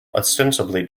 ostensibly